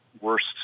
worst